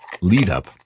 lead-up